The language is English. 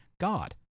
God